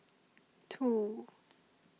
two